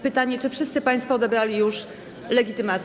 Pytanie: Czy wszyscy państwo odebrali już karty?